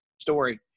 story